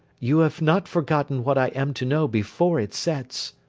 you have not forgotten what i am to know before it sets